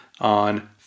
on